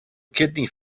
kidney